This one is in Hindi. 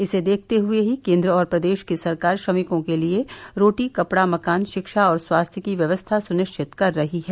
इसे देखते हुये ही केन्द्र और प्रदेश की सरकार श्रमिकों के लिये रोटी कपड़ा मकान शिक्षा और स्वास्थ्य की व्यवस्था सुनिश्चित कर रही है